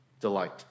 delight